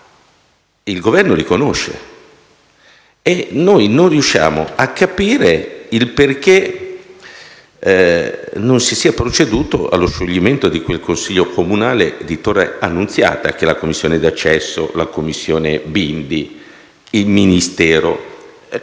il Governo li conosce e noi non riusciamo capire perché non si sia proceduto allo scioglimento del Consiglio comunale di Torre Annunziata. La commissione di accesso, la Commissione antimafia presieduta